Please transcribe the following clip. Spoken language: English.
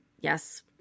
yes